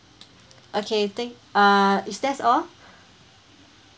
okay thank uh is that all